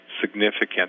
significant